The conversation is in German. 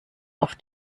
auf